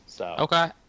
Okay